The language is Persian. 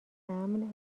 امن